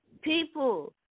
people